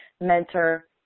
mentor